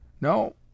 No